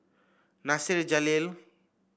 Nasir Jalil